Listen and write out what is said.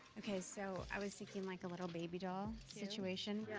okay, so i was thinking, like, a little baby doll situation.